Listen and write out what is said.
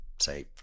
Say